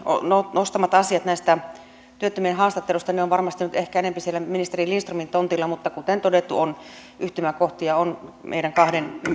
nostamat asiat näistä työttömien haastatteluista ne ovat varmasti nyt ehkä enempi siellä ministeri lindströmin tontilla mutta kuten todettu on yhtymäkohtia on meidän kahden